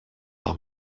par